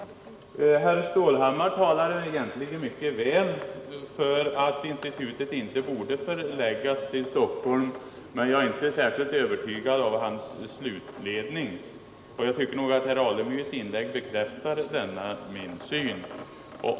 Herr Stålhammar talar — egentligen mycket väl — för att institutet inte borde förläggas till Stockholm, men jag är inte särskilt övertygad av hans slutledning. Jag tycker att herr Alemyrs inlägg bekräftar denna min syn.